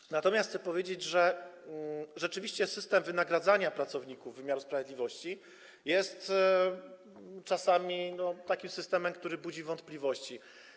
Chcę natomiast powiedzieć, że rzeczywiście system wynagradzania pracowników wymiaru sprawiedliwości jest czasami takim systemem, który budzi wątpliwości.